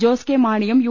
Jose K മാണിയും U